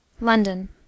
LONDON